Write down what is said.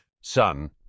Son